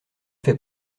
fait